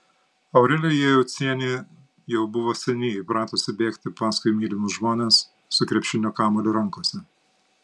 aurelija jocienė jau buvo seniai įpratusi bėgti paskui mylimus žmones su krepšinio kamuoliu rankose